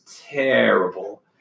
terrible